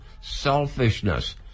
selfishness